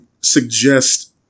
suggest